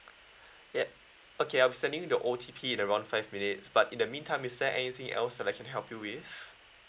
ya okay I'll be sending you the O_T_P at around five minutes but in the meantime is there anything else that I can help you with